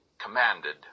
commanded